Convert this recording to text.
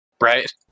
Right